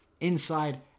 inside